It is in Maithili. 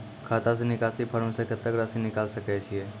खाता से निकासी फॉर्म से कत्तेक रासि निकाल सकै छिये?